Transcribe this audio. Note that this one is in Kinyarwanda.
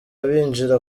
binjira